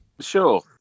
Sure